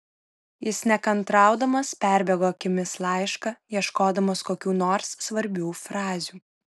jis nekantraudamas perbėgo akimis laišką ieškodamas kokių nors svarbių frazių